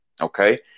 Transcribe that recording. okay